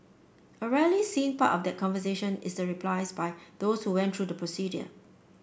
a rarely seen part of that conversation is the replies by those who went through the procedure